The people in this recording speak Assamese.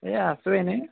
এইয়া আছোঁ এনেই